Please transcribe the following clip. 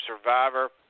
survivor